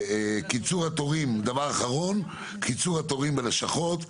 דבר אחרון, קיצור התורים בלשכות.